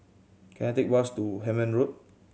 can I take bus to Hemmant Road